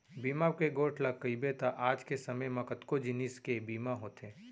बीमा के गोठ ल कइबे त आज के समे म कतको जिनिस के बीमा होथे